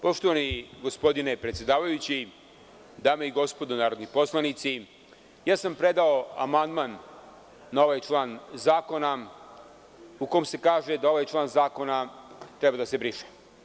Poštovani gospodine predsedavajući, dame i gospodo narodni poslanici, ja sam predao amandman na ovaj član zakona u kom se kaže da ovaj član zakona treba da se briše.